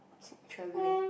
t~ travelling